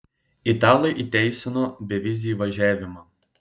italai įteisino bevizį įvažiavimą